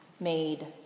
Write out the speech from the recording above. made